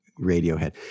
Radiohead